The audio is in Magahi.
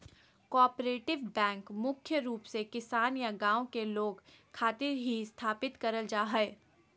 कोआपरेटिव बैंक मुख्य रूप से किसान या गांव के लोग खातिर ही स्थापित करल जा हय